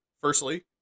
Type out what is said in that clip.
Firstly